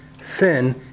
Sin